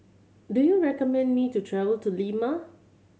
do you recommend me to travel to Lima